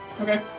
Okay